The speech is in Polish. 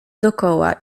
dokoła